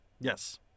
Yes